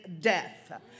death